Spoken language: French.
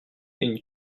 une